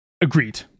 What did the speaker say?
agreed